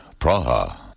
Praha